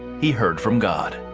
he heard from god.